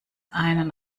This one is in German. einen